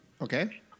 Okay